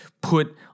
put